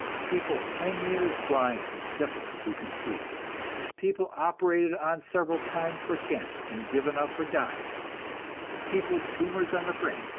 people ten years blind from syphilis who can see people operated on several times for cancer and given up for dying people with tumors on the brain,